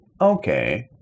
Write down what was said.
okay